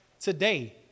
today